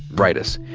write us.